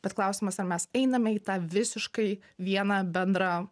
bet klausimas ar mes einame į tą visiškai vieną bendrą